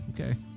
Okay